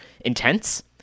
intense